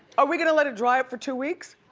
are we gonna let it dry for two weeks?